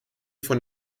von